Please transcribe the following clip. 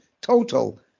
total